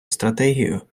стратегію